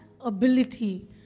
ability